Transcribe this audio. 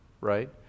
right